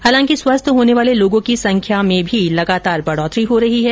हालांकि स्वस्थ होने वाले लोगों की संख्या में भी लगातार बढोतरी हो रही है